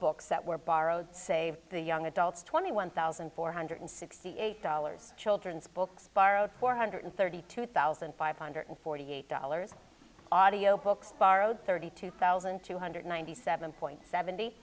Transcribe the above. books that were borrowed save the young adults twenty one thousand four hundred sixty eight dollars children's books borrowed four hundred thirty two thousand five hundred forty eight dollars audiobooks borrowed thirty two thousand two hundred ninety seven point seventy